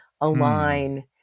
align